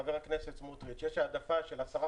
חבר הכנסת סמוטריץ': יש העדפה של 10%,